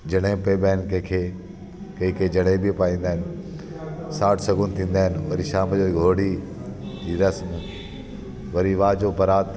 जणे पवंदा आहिनि कंहिंखे कंहिं कंहिं जणे बि पाईंदा आहिनि साठ सगुन थींदा आहिनि वरी शाम जो घोड़ी जी रस्म वरी रात जो बरात